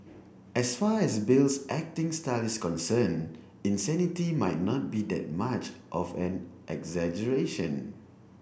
as far as Bale's acting style is concerned insanity might not be that much of an exaggeration